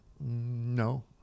No